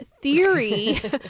theory